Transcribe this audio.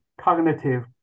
Cognitive